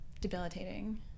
debilitating